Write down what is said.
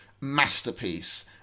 masterpiece